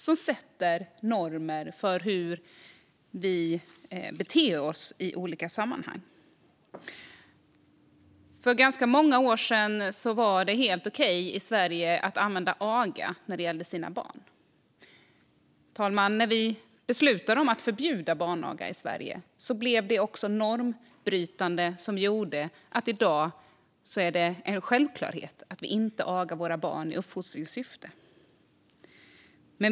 Det sätter normer för hur vi beter oss i olika sammanhang. För ganska många år sedan var det i Sverige helt okej att använda aga när det gällde ens egna barn. När vi beslutade att förbjuda barnaga i Sverige blev det också normbrytande och gjorde att det i dag är en självklarhet att vi inte agar våra barn i uppfostringssyfte.